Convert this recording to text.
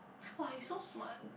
[wah] you so smart